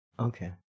Okay